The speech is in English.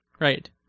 right